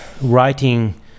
writing